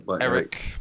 Eric